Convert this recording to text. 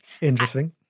Interesting